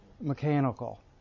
Mechanical